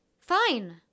Fine